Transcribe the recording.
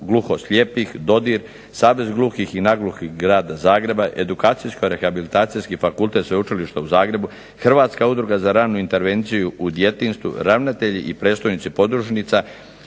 Hrvatska udruga za ranu intervenciju u djetinjstvu, ravnatelji i predstojnici podružnica,